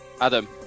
Adam